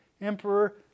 emperor